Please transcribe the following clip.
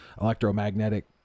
electromagnetic